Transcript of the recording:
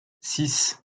six